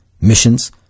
missions